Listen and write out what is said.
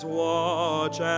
watch